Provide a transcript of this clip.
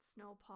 Snowpaw